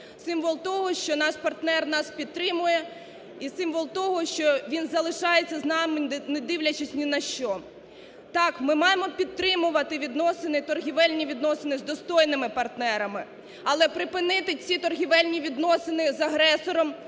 символ того, що наш партнер нас підтримує і символ того, що він залишається з нами, не дивлячись ні на що. Так, ми маємо підтримувати відносини, торгівельні відносини з достойними партнерами. Але припинити ці торгівельні відносини з агресором,